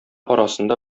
арасында